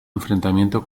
enfrentamiento